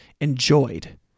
enjoyed